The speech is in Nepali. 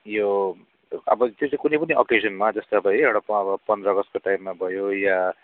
यो अब जस्तो कुनैपुनि अकेजनमा जस्तै अब है एउटा प पन्ध्र अगस्टको टाइममा भयो या